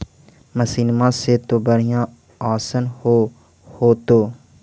मसिनमा से तो बढ़िया आसन हो होतो?